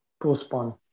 postpone